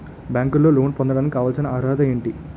బ్యాంకులో లోన్ పొందడానికి కావాల్సిన అర్హత ఏంటి?